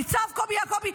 ניצב קובי יעקובי,